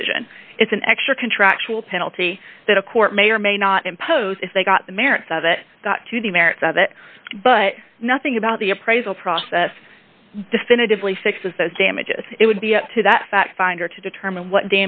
decision it's an extra contractual penalty that a court may or may not impose if they got the merits of it got to the merits of it but nothing about the appraisal process definitively fixes those damages it would be up to that fact finder to determine what